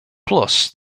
plus